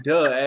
Duh